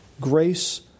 Grace